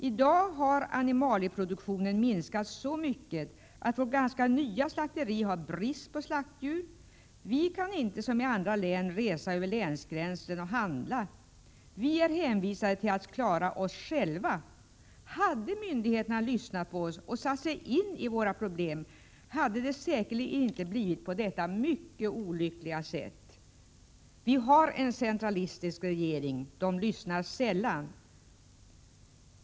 I dag har animalieproduktionen minskat så mycket att vårt ganska nya slakteri har brist på slaktdjur. Vi kan inte, som i andra län, resa över länsgränsen och handla. Vi är hänvisade till att klara oss själva. Om myndigheterna hade lyssnat på oss och satt sig in i våra problem, hade det säkerligen inte blivit på detta mycket olyckliga sätt. Vi har en centralistisk regering. Den lyssnar sällan.